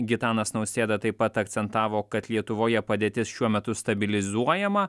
gitanas nausėda taip pat akcentavo kad lietuvoje padėtis šiuo metu stabilizuojama